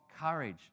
courage